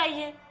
ah you